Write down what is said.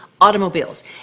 automobiles